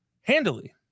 handily